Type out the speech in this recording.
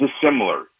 dissimilar